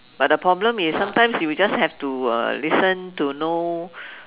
but the problem is sometimes you will just have to uh listen to know